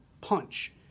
punch